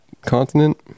continent